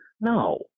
No